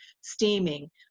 steaming